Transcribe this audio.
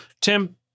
Tim